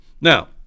now